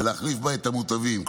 ולהחליף בה את המוטבים,